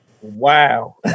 Wow